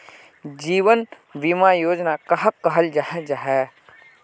जीवन बीमा योजना कहाक कहाल जाहा जाहा?